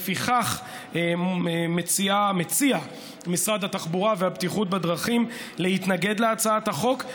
לפיכך מציע משרד התחבורה והבטיחות בדרכים להתנגד להצעת החוק,